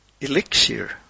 elixir